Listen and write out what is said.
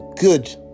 good